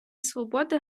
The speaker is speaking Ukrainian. свободи